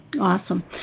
Awesome